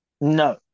No